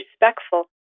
respectful